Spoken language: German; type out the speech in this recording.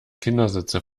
kindersitze